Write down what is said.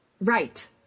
Right